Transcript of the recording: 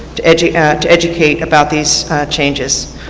to educate to educate about these changes.